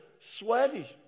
Sweaty